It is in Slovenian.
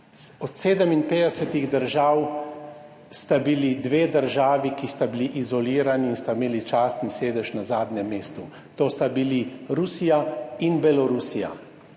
Od 57. držav sta bili dve državi, ki sta bili izolirani in sta imeli častni sedež na zadnjem mestu, to sta bili Rusija in Belorusija,